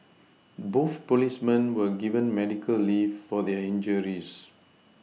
both policemen were given medical leave for their injuries